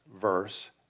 verse